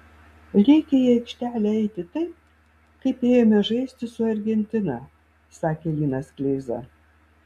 reikia į aikštelę eiti taip kaip ėjome žaisti su argentina sakė linas kleiza